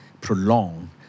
prolong